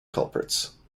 culprits